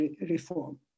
reform